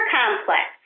complex